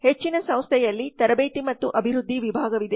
ಹೆಚ್ಚಿನ ಸಂಸ್ಥೆಯಲ್ಲಿ ತರಬೇತಿ ಮತ್ತು ಅಭಿವೃದ್ಧಿ ವಿಭಾಗವಿದೆ